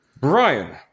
Brian